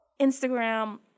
Instagram